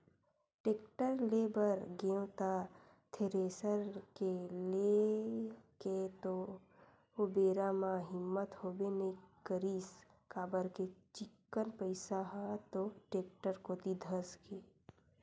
tractor ले बर गेंव त थेरेसर के लेय के तो ओ बेरा म हिम्मत होबे नइ करिस काबर के चिक्कन पइसा ह तो टेक्टर कोती धसगे